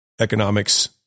economics